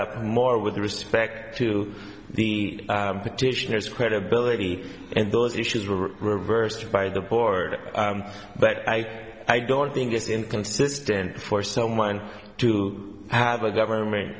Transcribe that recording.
up more with respect to the petitioners credibility and those issues were reversed by the board but i i don't think it's inconsistent for someone to have a government